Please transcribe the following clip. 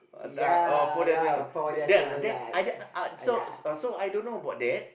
uh uh follow them ah then then I that uh so so I don't know about that